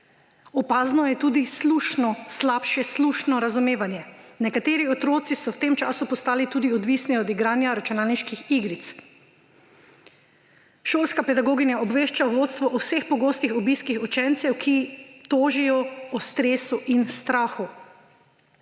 Opazno je tudi slabše slušno razumevanje. Nekateri otroci so v tem času postali tudi odvisni od igranja računalniških igric. Šolska pedagoginja obvešča vodstvo o vseh pogostih obisk učencev, ki tožijo o stresu in strahu.